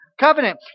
Covenant